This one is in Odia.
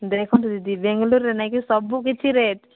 ଦେଖନ୍ତୁ ଦିଦି ବେଙ୍ଗଲୁରରେ ନାହିଁକି ସବୁକିଛି ରେଟ୍